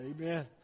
Amen